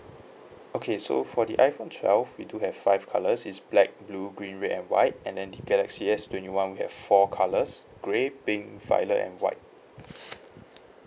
okay so for the iphone twelve we do have five colours it's black blue green red and white and then the galaxy S twenty one we have four colours grey pink violet and white